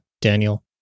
Daniel